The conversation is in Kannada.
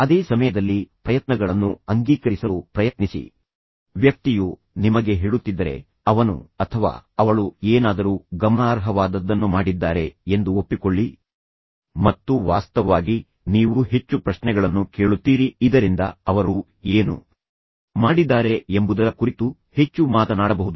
ಅದೇ ಸಮಯದಲ್ಲಿ ಪ್ರಯತ್ನಗಳನ್ನು ಅಂಗೀಕರಿಸಲು ಪ್ರಯತ್ನಿಸಿ ವ್ಯಕ್ತಿಯು ನಿಮಗೆ ಹೇಳುತ್ತಿದ್ದರೆ ಅವನು ಅಥವಾ ಅವಳು ಏನಾದರೂ ಗಮನಾರ್ಹವಾದದ್ದನ್ನು ಮಾಡಿದ್ದಾರೆ ಎಂದು ಒಪ್ಪಿಕೊಳ್ಳಿ ಆಗ ಮತ್ತು ಅಲ್ಲಿ ಮತ್ತು ವಾಸ್ತವವಾಗಿ ನೀವು ಹೆಚ್ಚು ಪ್ರಶ್ನೆಗಳನ್ನು ಕೇಳುತ್ತೀರಿ ಇದರಿಂದ ಅವರು ಏನು ಮಾಡಿದ್ದಾರೆ ಎಂಬುದರ ಕುರಿತು ಹೆಚ್ಚು ಮಾತನಾಡಬಹುದು